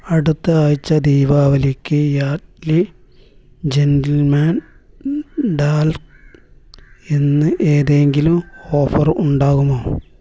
അടുത്ത ആഴ്ച ദീപാവലിക്ക് യാഡ്ലി ജെൻ്റിൽമാൻ ടാൽക്കിന് ഏതെങ്കിലും ഓഫർ ഉണ്ടാകുമോ